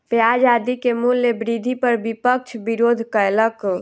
प्याज आदि के मूल्य वृद्धि पर विपक्ष विरोध कयलक